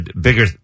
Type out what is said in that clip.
bigger